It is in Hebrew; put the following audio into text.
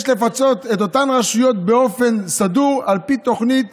יש לפצות את אותן רשויות באופן סדור על פי תוכנית